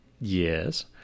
Yes